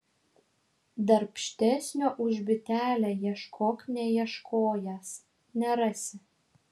darbštesnio už bitelę ieškok neieškojęs nerasi